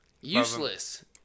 Useless